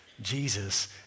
Jesus